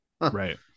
Right